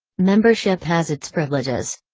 membership has its privileges.